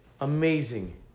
Amazing